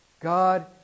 God